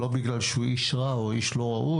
לא בגלל שהוא איש רע או איש לא ראוי,